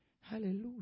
Hallelujah